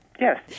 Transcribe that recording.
Yes